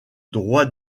droit